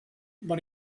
but